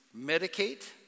medicate